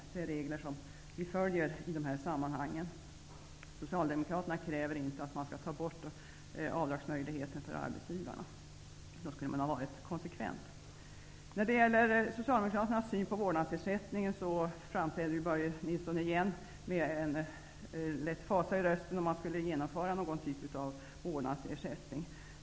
Socialdemokraterna kräver inte att man skall ta bort avdragsmöjligheten för arbetsgivrna. Om de krävt det, hade det varit konsekvent. Socialdemokraternas syn på vårdnadsersättning gav Börje Nilsson uttryck för igen med lätt fasa i rösten.